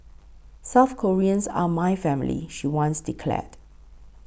South Koreans are my family she once declared